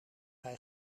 hij